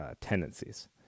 tendencies